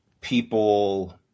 people